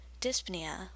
dyspnea